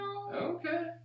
Okay